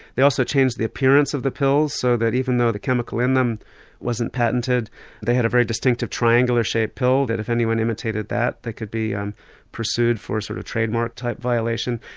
they also changed the appearance of the pills so that even though the chemical in them wasn't patented they had a very distinctive triangular shape pill that if anyone imitated that they could be um pursued for sort of trade mark type violation.